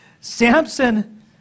Samson